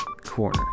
corner